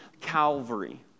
Calvary